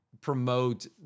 promote